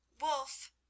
Wolf